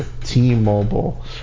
T-Mobile